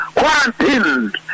quarantined